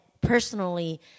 personally